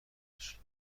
بشین